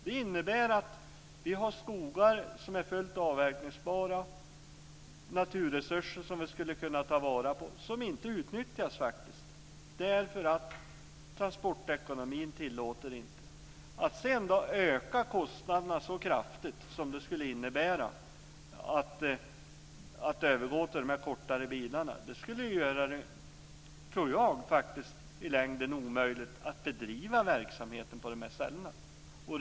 Det innebär att vi har skogar som är fullt avverkningsbara - naturresurser som vi skulle kunna ta vara på - som inte utnyttjas därför att transportekonomin inte tillåter det. Att sedan öka kostnaderna så kraftigt som skulle bli fallet om man övergick till kortare bilar skulle göra det i längden omöjligt att bedriva verksamheten på dessa ställen, tror jag.